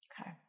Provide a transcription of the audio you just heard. Okay